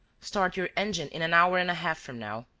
start your engine in an hour and a half from now.